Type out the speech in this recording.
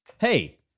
hey